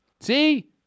See